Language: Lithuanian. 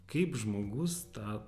kaip žmogus tą